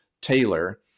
Taylor